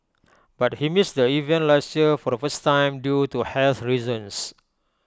but he missed the event last year for the first time due to health reasons